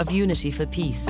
of unity for peace